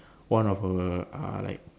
one of her uh like